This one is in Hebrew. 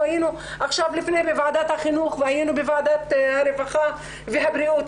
אנחנו היינו עכשיו בוועדת החינוך והיינו בוועדת הרווחה והבריאות.